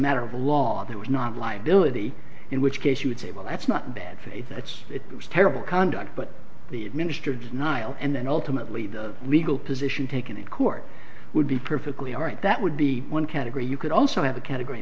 matter of law there was not liability in which case you would say well that's not bad faith that's it was terrible conduct but the administers niall and ultimately the legal position taken in court would be perfectly all right that would be one category you could also have a category